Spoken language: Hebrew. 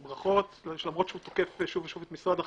ברכות, למרות שהוא תוקף שוב ושוב את משרד החקלאות,